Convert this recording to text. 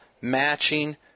matching